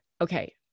Okay